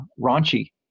raunchy